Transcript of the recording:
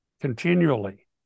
continually